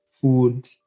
Food